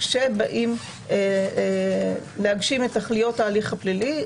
כשבאים להגשים את תכליות ההליך הפלילי.